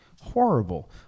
Horrible